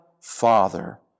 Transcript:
Father